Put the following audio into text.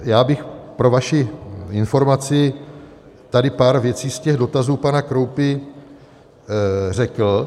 Já bych pro vaši informaci tady pár věcí z těch dotazů pana Kroupy řekl.